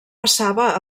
passava